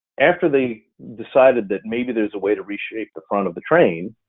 after they decided that maybe there's a way to reshape the front of the train,